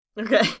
Okay